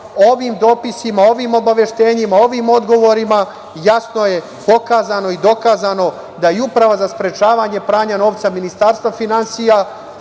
dopisima, ovim obaveštenjima, ovim odgovorima jasno je pokazano i dokazana da i Uprava za sprečavanje pranja novca Ministarstva finansija